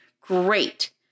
great